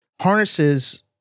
harnesses